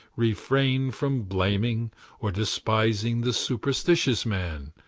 refrain from blaming or despising the superstitious man,